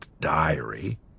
diary